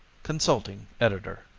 consulting editor